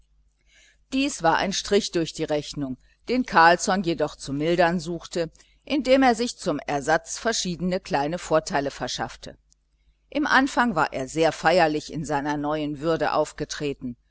dies war ein strich durch die rechnung den carlsson jedoch zu mildern suchte indem er sich zum ersatz verschiedene kleine vorteile verschaffte im anfang war er sehr feierlich in seiner neuen würde aufgetreten